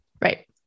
Right